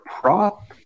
prop